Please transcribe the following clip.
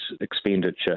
expenditure